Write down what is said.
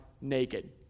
naked